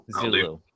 zulu